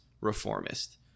reformist